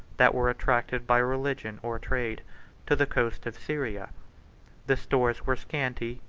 that were attracted by religion or trade to the coast of syria the stores were scanty,